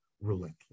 relentless